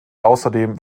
außerdem